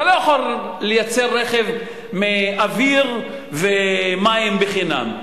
אתה לא יכול לייצר רכב מאוויר ומים בחינם.